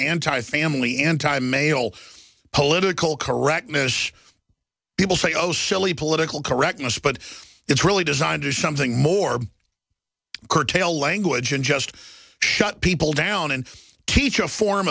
anti family anti male political correctness people say oh silly political correctness but it's really designed to do something more curtail language and just shut people down and teach a form